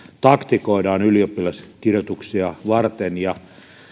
taktikoidaan ylioppilaskirjoituksia varten ja